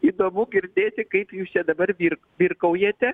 įdomu girdėti kaip jūs čia dabar vir virkaujate